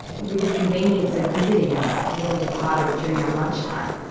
with the convenience of visiting our dearly departed during our lunch time,